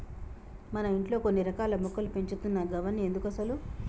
మన ఇంట్లో కొన్ని రకాల మొక్కలు పెంచుతున్నావ్ గవన్ని ఎందుకసలు